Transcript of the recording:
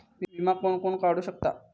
विमा कोण कोण काढू शकता?